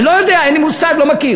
אני לא יודע, אין לי מושג, לא מכיר.